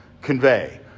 convey